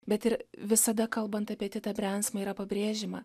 bet ir visada kalbant apie titą brensmą yra pabrėžiama